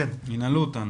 כפי שנתבקשנו,